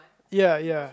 ya ya